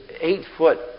eight-foot